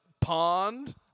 pond